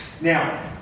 Now